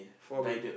four